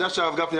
הרב גפני,